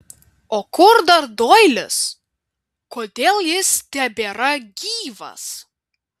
o kur dar doilis kodėl jis tebėra gyvas